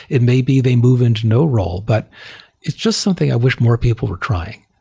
it may be they move into no role, but it's just something i wish more people were trying.